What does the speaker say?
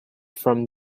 from